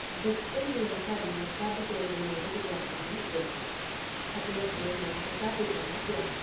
ਬਚਪਨ ਦੀਆਂ ਸਾਡੀਆਂ ਸਭ ਤੋਂ ਮਨਮੋਹਕ ਯਾਦਾਂ ਹਨ ਖੇਡਾਂ ਅਤੇ ਆਪਣੇ ਮਾਤਾ ਪਿਤਾ ਦਾ ਪਿਆਰ